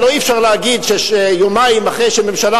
הלוא אי-אפשר להגיד שיומיים אחרי שממשלה